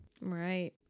right